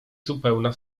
zupełna